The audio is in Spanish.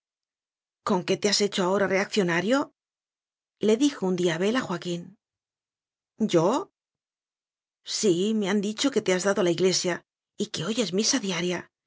con que te has hecho ahora reacciona rio le dijo un día abel a joaquín y o sí me han dicho que te has dado a la iglesia y que oyes misa diaria